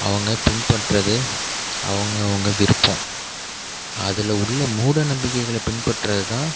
அவங்க பின்பற்றுவது அவங்கவுங்க விருப்பம் அதில் உள்ள மூட நம்பிக்கைகளை பின்பற்றது தான்